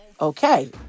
Okay